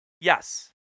yes